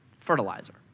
Fertilizer